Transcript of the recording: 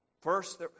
first